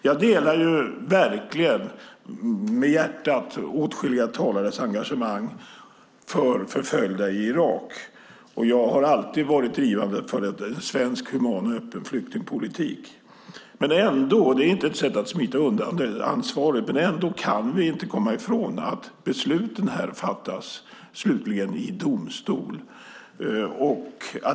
Jag delar verkligen med hjärtat åtskilliga talares engagemang för förföljda i Irak. Jag har alltid varit drivande för en svensk human och öppen flyktingpolitik. Men vi kan ändå inte - det är inte ett sätt att smita undan ansvaret - komma ifrån att besluten slutligen fattas i domstol.